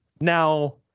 Now